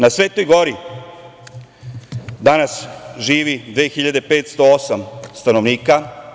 Na Svetoj Gori danas živi 2.508 stanovnika.